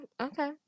okay